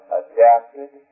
adapted